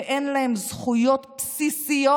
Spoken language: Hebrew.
שאין להם זכויות בסיסיות.